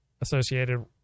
associated